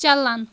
چلن